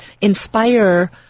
inspire